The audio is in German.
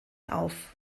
auf